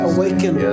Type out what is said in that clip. Awaken